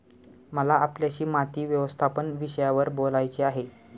मला आपल्याशी माती व्यवस्थापन विषयावर बोलायचे आहे